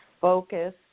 focus